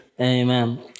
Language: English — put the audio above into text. Amen